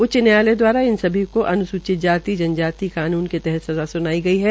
उच्च न्यायालय द्वारा इन सभी अनुसूचित जाति जन जाति कानून के तहत सज़ा सुनाई गई है